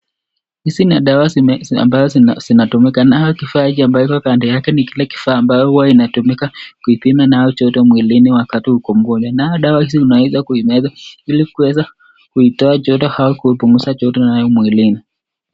Hizi ni dawa ambazo zinatumika. Nayo kifaa hiki ambayo iko kando yake ni ya kupima joto mwilini wakati uko mgonjwa. Nayo dawa hii unaweza kuimeza ili kuiweza kuipunguza au kuitoa joto mwilini.